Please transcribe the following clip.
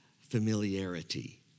familiarity